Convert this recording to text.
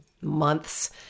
months